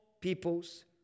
peoples